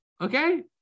okay